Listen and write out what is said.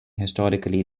historically